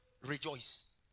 rejoice